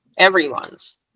everyone's